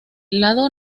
lado